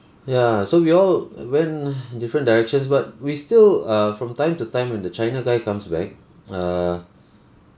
ya so we all went different directions but we still uh from time to time when the china guy comes back err